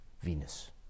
Venus